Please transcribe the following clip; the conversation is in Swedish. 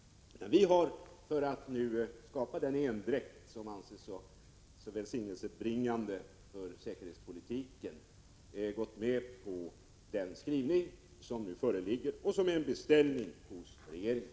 Vi har, för att skapa den endräkt som anses så välsignelsebringande för säkerhetspolitiken, gått med på den skrivning som nu föreligger och som är en beställning hos regeringen.